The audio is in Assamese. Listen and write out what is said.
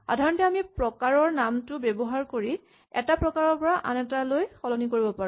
সাধাৰণতে আমি প্ৰকাৰৰ নামটো ব্যৱহাৰ কৰি এটা প্ৰকাৰৰ পৰা আন এটা লৈ সলনি কৰিব পাৰো